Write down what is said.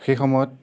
সেই সময়ত